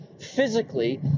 physically